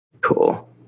Cool